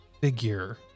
figure